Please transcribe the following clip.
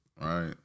Right